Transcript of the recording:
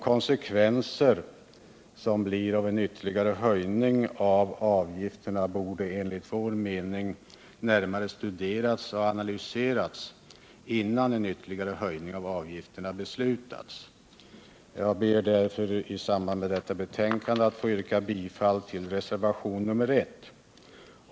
Konsekvenserna av en ytterligare höjning av avgifterna borde enligt vår mening närmare studeras och analyseras innan en höjning beslutas. Jag ber därför att få yrka bifall till reservationen 1.